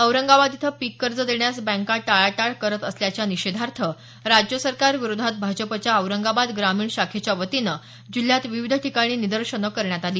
औरंगाबाद इथं पीक कर्ज देण्यास बँका टाळाटाळ करत असल्याच्या निषेधार्थ राज्य सरकार विरोधात भाजपच्या औरंगाबाद ग्रामीण शाखेच्या वतीनं जिल्ह्यात विविध ठिकाणी निदर्शन करण्यात आली